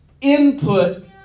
input